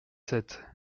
sept